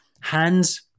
hands